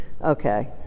okay